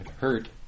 hurt